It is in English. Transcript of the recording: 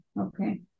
Okay